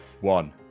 one